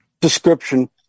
description